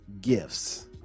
gifts